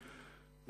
שלנין,